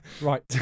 Right